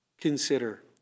consider